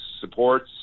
supports